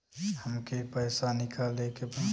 हमके पैसा निकाले के बा